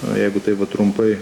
o jeigu taip va trumpai